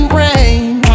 rain